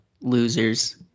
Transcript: Losers